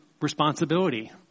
responsibility